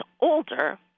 older